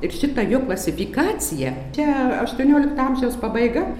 ir šitą jo klasifikaciją čia aštuoniolikto amžiaus pabaiga